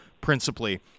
principally